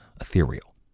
ethereal